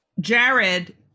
Jared